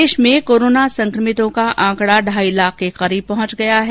प्रदेश में कोरोना संकभितों का आंकड़ा ढाई लाख के पार पहुंच गया है